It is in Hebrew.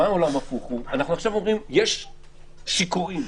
אנחנו עכשיו אומרים: יש שם שיכורים,